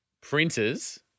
printers